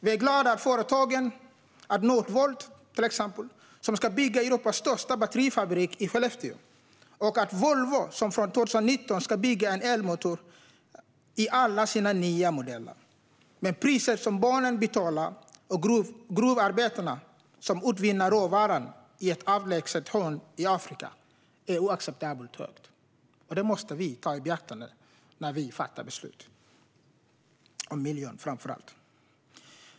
Vi är glada att företaget Northvolt ska bygga Europas största batterifabrik i Skellefteå och att Volvo från 2019 ska bygga in elmotorer i alla sina nya modeller, men det pris barnen och gruvarbetarna som utvinner råvaran betalar, i ett avlägset hörn i Afrika, är oacceptabelt högt. Det måste vi ta i beaktande när vi fattar beslut om framför allt miljön.